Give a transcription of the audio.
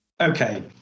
okay